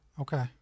Okay